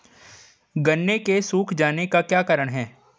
गन्ने के सूख जाने का क्या कारण है?